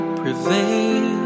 prevail